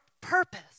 purpose